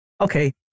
okay